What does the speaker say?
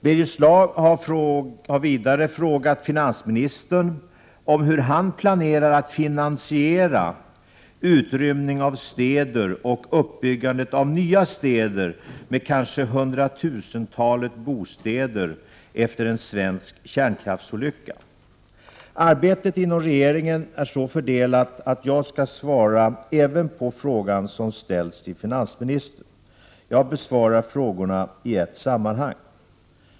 Birger Schlaug har vidare frågat finansministern om hur han planerar att finansiera utrymning av städer och uppbyggandet av nya städer med kanske hundratusentalet bostäder efter en svensk kärnkraftsolycka. Arbetet inom regeringen är så fördelat att jag skall svara även på frågan som ställts till finansministern. Jag besvarar frågorna i ett sammanhang.